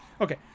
Okay